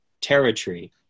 territory